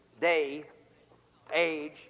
day-age